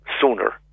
sooner